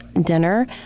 dinner